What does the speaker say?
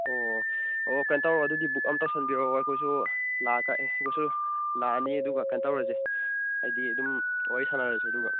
ꯑꯣ ꯑꯣ ꯀꯩꯅꯣ ꯇꯧꯔꯣ ꯑꯗꯨꯗꯤ ꯕꯨꯛ ꯑꯃ ꯇꯧꯁꯟꯕꯤꯔꯣ ꯑꯩꯈꯣꯏꯁꯨ ꯑꯩꯈꯣꯏꯁꯨ ꯂꯥꯛꯑꯅꯤ ꯑꯗꯨꯒ ꯀꯩꯅꯣ ꯇꯧꯔꯁꯤ ꯍꯥꯏꯗꯤ ꯑꯗꯨꯝ ꯋꯥꯔꯤ ꯁꯥꯟꯅꯔꯁꯦ ꯑꯗꯨꯒ